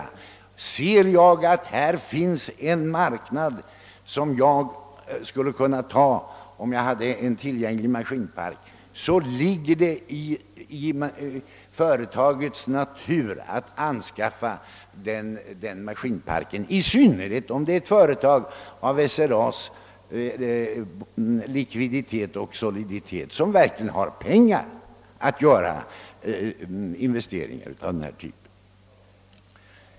Ser ledningen för ett företag att det finns en marknad som man skulle kunna komma in på om man hade en maskinpark tillgänglig ligger det i företagets natur att anskaffa den maskinparken. Detta gäller i synnerhet företag med SRA:s likviditet och soliditet, d.v.s. företag som verkligen har pengar att göra investeringar av denna typ.